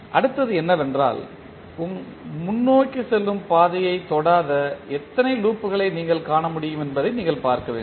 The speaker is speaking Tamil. அடுத்தது என்னவென்றால் முன்னோக்கி செல்லும் பாதையைத் தொடாத எத்தனை லூப்களை நீங்கள் காண முடியும் என்பதை நீங்கள் பார்க்க வேண்டும்